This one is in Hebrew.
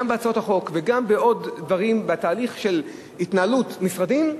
גם בהצעות החוק וגם בעוד דברים בתהליך של התנהלות משרדים,